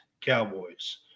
Cowboys